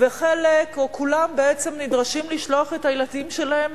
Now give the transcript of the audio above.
וחלק או כולם בעצם נדרשים לשלוח את הילדים שלהם,